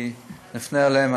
אני אפנה אליהם.